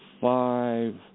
five